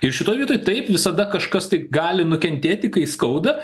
ir šitoj vietoj taip visada kažkas tai gali nukentėti kai skauda